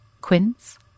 quince